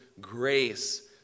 grace